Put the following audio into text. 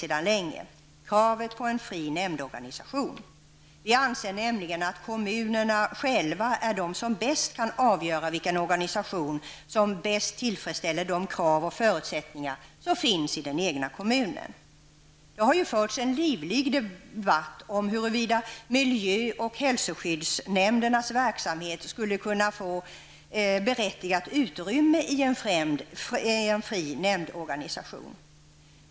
Det gäller kravet på en fri nämndorganisation. Vi anser nämligen att kommunerna själva är de som bäst kan avgöra vilken organisation som bäst tillfredsställer de krav och förutsättningar som finns i den egna kommunen. Det har ju förts en livlig diskussion om huruvida miljö och hälsoskyddsnämndernas verksamhet skulle kunna få berättigat utrymme i en fri nämndorganisation.